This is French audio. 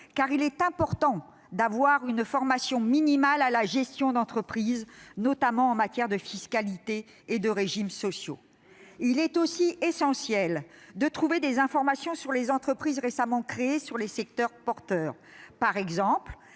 car il est important d'avoir une formation minimale à la gestion d'entreprise, notamment en matière de fiscalité et de régimes sociaux. Très bien ! Il est aussi essentiel de trouver des informations sur les entreprises récemment créées, sur les secteurs porteurs. Par exemple,